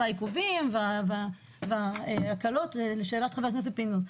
העיכובים וההקלות לשאלת חבר הכנסת פינדרוס.